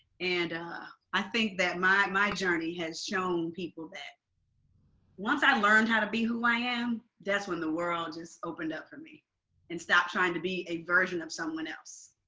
and i think that my my journey has shown people that once i learned how to be who i am, that's when the world just opened up for me and stopped trying to be a version of someone else.